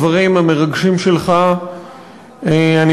הדברים המרגשים שלך נכנסו,